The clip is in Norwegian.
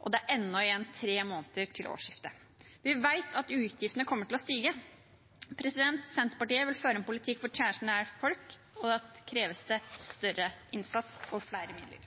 og det er ennå igjen tre måneder til årsskiftet. Vi vet at utgiftene kommer til å stige. Senterpartiet vil føre en politikk for tjenester nær folk, og da kreves det større innsats og flere